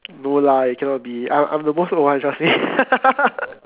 no lah it cannot be I am the most old one trust me